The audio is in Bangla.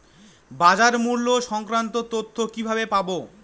বাজার মূল্য সংক্রান্ত তথ্য কিভাবে পাবো?